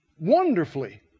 wonderfully